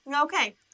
Okay